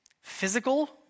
physical